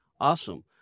Awesome